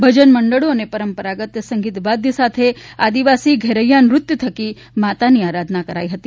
ભજન મંડળો અને પરંપરાગત સંગીત વાદ્ય સાથે આદીવાસી ઘેરૈયા નૃત્ય થકી માતાની આરાધન કરાઇ હતી